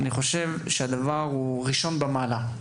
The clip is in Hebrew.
אני חושב שזה דבר ראשון במעלה.